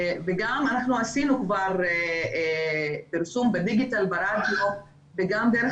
גם עשינו כבר פרסום בדיגיטל - ברדיו ודרך